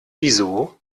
wieso